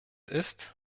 ist